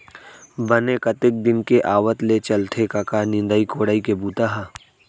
बने कतेक दिन के आवत ले चलथे कका निंदई कोड़ई के बूता ह?